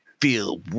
feel